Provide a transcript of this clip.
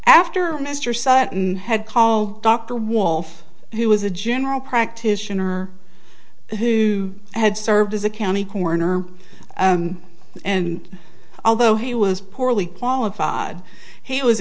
after mr sutton had called dr wolfe who was a general practitioner who had served as a county coroner and although he was poorly qualified he was